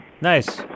Nice